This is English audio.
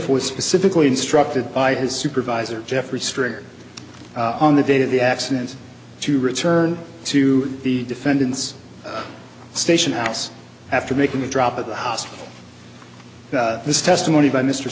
was specifically instructed by his supervisor jeffrey stringer on the day of the accident to return to the defendant's station house after making a drop at the house this testimony by mr